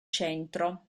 centro